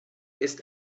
ist